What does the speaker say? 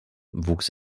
wuchs